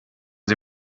sie